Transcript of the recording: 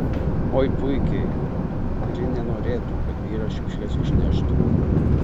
oi puikiai kuri nenorėtų kad vyras šiukšles išneštų